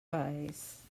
face